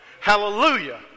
Hallelujah